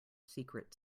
secret